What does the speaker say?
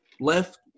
left